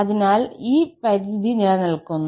അതിനാൽ ഈ പരിധി നിലനിൽക്കുന്നു